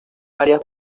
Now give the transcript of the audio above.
áreas